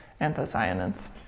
anthocyanins